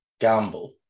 gamble